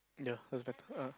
ya I was better ah